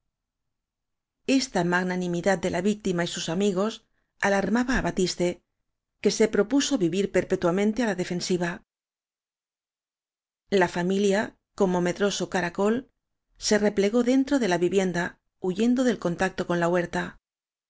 esta magnanimidad de la víctima y sus amigos alarmaba á batiste que se propuso vivir perpetuamente á la defensiva la familia como medroso caracol se re plegó dentro de la vivienda huyendo del con tacto con la huerta